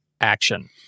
action